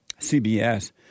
CBS